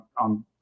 on